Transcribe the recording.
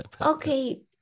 Okay